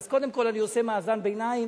אז קודם כול אני עושה מאזן ביניים,